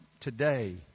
today